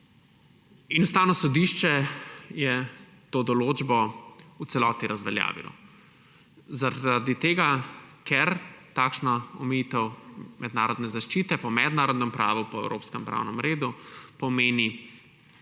Ustavno sodišče je to določbo v celoti razveljavilo zaradi tega, ker takšna omejitev mednarodne zaščite po mednarodnem pravu, po evropskem pravnem redu pomeni